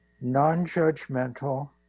non-judgmental